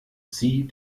sie